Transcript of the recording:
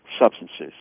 substances